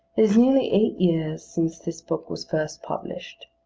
is nearly eight years since this book was first published.